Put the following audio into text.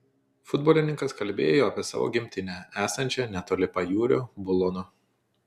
futbolininkas kalbėjo apie savo gimtinę esančią netoli pajūrio bulono